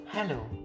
Hello